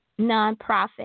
nonprofit